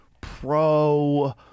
Pro